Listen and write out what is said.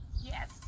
Yes